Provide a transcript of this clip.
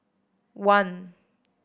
one